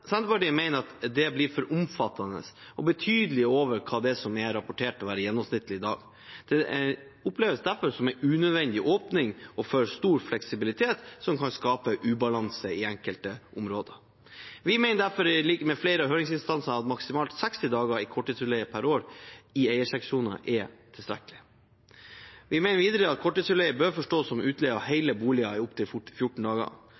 Senterpartiet mener at det blir for omfattende og betydelig over det som er rapportert å være gjennomsnittlig i dag. Det oppleves derfor som en unødvendig åpning og for stor fleksibilitet, som kan skape ubalanse i enkelte områder. Vi mener derfor, i likhet med flere høringsinstanser, at maksimalt 60 dager i korttidsutleie per år i eierseksjoner er tilstrekkelig. Vi mener videre at korttidsutleie bør forstås som utleie av hele boliger i opptil 14 dager.